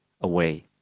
away